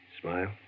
Smile